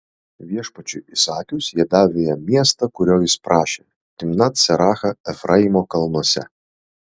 viešpačiui įsakius jie davė jam miestą kurio jis prašė timnat serachą efraimo kalnuose